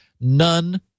None